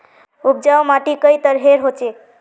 उपजाऊ माटी कई तरहेर होचए?